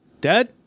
Dead